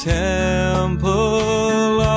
temple